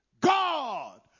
God